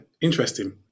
interesting